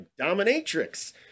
dominatrix